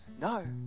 No